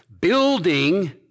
building